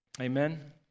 Amen